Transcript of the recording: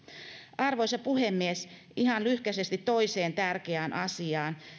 arvoisa puhemies ihan lyhkäsesti toiseen tärkeään asiaan